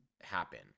happen